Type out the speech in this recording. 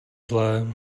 zlé